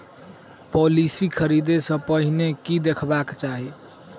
Policy खरीदै सँ पहिने की देखबाक चाहि?